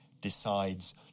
decides